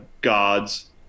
gods